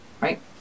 right